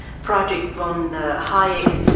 friedrich von hayek,